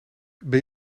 ben